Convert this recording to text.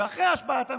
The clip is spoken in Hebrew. ואחרי השבעת הממשלה,